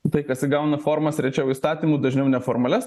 tai kas įgauna formas rečiau įstatymu dažniau neformalias